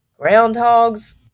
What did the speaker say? groundhogs